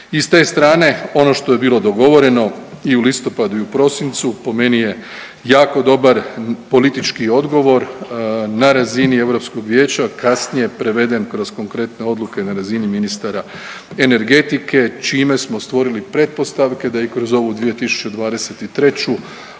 I s te strane ono što je bilo dogovoreno i u listopadu i u prosincu po meni je jako dobar politički odgovor na razini Europskog Vijeća, a kasnije preveden kroz konkretne odluke na razini ministara energetike čime smo stvorili pretpostavke da i kroz ovu 2023.